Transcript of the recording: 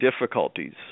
difficulties